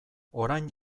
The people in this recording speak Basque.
orain